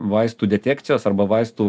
vaistų detekcijos arba vaistų